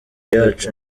yacu